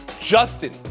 Justin